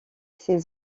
ses